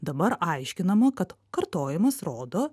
dabar aiškinama kad kartojimas rodo